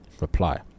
Reply